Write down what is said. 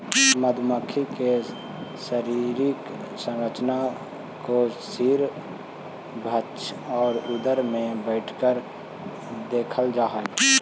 मधुमक्खी के शारीरिक संरचना को सिर वक्ष और उदर में बैठकर देखल जा हई